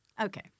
Okay